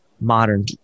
modern